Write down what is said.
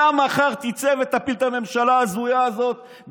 אתה מחר תצא ותפיל את הממשלה ההזויה הזאת,